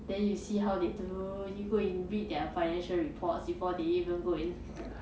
then you see how they do you go and read their financial reports before they even go in